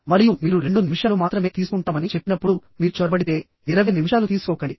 మరియు మీరు 2 నిమిషాలు మాత్రమే తీసుకుంటామని చెప్పినప్పుడు మీరు చొరబడితే 20 నిమిషాలు తీసుకోకండి